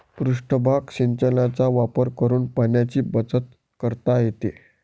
पृष्ठभाग सिंचनाचा वापर करून पाण्याची बचत करता येते